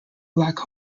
black